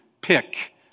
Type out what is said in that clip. pick